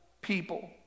people